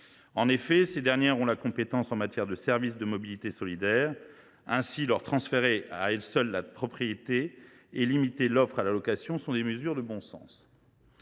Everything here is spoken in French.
En effet, ces dernières sont compétentes en matière de services de mobilité solidaire ; ainsi, transférer à elles seules la propriété des véhicules concernés et limiter l’offre à la location sont des mesures de bon sens.